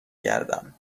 گردم